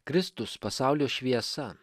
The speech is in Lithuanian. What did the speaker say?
kristus pasaulio šviesa